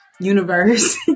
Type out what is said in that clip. universe